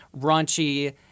raunchy